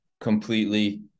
completely